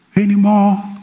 anymore